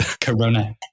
Corona